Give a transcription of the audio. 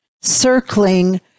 circling